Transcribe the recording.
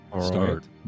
Start